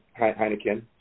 Heineken